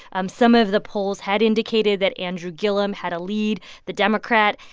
um some of the polls had indicated that andrew gillum had a lead the democrat.